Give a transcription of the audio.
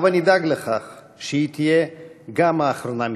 הבה נדאג לכך שהיא תהיה גם האחרונה מסוגה.